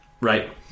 Right